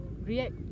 React